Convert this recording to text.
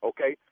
Okay